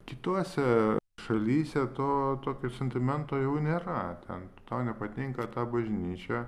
kituose šalyse to tokio sentimento jau nėra ten tau nepatinka ta bažnyčia